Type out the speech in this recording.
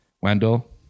Wendell